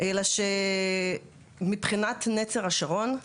אלא שמבחינת נצר השרון,